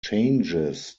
changes